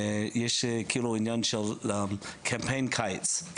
יש עניין של קמפיין קיץ.